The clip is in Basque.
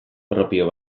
propio